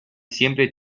siempre